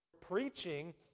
preaching